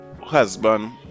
husband